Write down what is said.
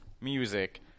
music